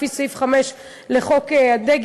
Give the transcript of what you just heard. לפי סעיף 5 לחוק הדגל,